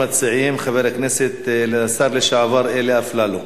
ראשון המציעים, חבר הכנסת, השר לשעבר, אלי אפללו,